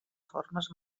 formes